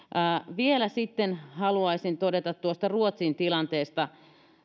vielä sitten haluaisin todeta tuosta ruotsin tilanteesta